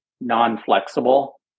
non-flexible